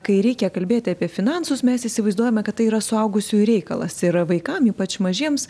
kai reikia kalbėti apie finansus mes įsivaizduojame kad tai yra suaugusiųjų reikalas yra vaikam ypač mažiems